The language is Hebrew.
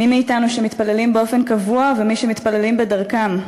מי מאתנו שמתפללים באופן קבוע ומי שמתפללים בדרכם,